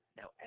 Now